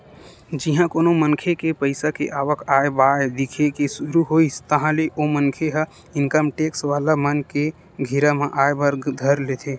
जिहाँ कोनो मनखे के पइसा के आवक आय बाय दिखे के सुरु होइस ताहले ओ मनखे ह इनकम टेक्स वाला मन के घेरा म आय बर धर लेथे